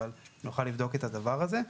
אבל נוכל לבדוק את הדבר הזה.